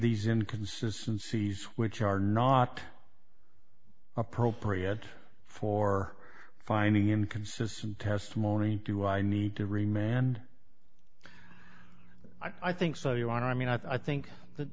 these in consistencies which are not appropriate for finding inconsistent testimony do i need to remand i think so you are i mean i think that